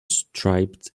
striped